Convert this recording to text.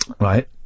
Right